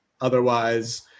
otherwise